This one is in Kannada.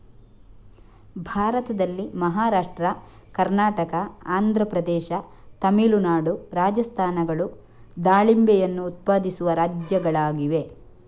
ಭಾರತದಲ್ಲಿ ಮಹಾರಾಷ್ಟ್ರ, ಕರ್ನಾಟಕ, ಆಂಧ್ರ ಪ್ರದೇಶ, ತಮಿಳುನಾಡು, ರಾಜಸ್ಥಾನಗಳು ದಾಳಿಂಬೆಯನ್ನು ಉತ್ಪಾದಿಸುವ ರಾಜ್ಯಗಳಾಗಿವೆ